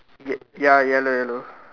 ya ya yellow yellow